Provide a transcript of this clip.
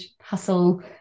hustle